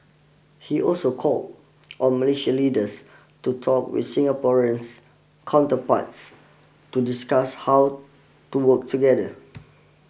he also call on Malaysian leaders to talk with Singaporeans counterparts to discuss how to work together